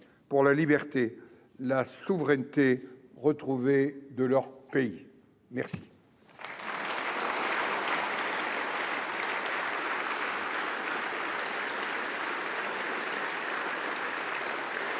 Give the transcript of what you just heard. pour la liberté et la souveraineté retrouvée de leur pays. L'ordre